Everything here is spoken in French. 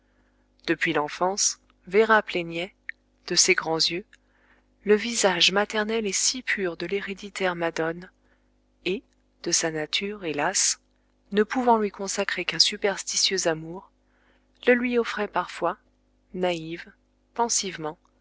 depuis l'enfance véra plaignait de ses grands yeux le visage maternel et si pur de l'héréditaire madone et de sa nature hélas ne pouvant lui consacrer qu'un superstitieux amour le lui offrait parfois naïve